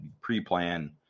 pre-plan